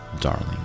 Darling